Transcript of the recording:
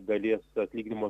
dalies atlyginimo